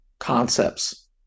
concepts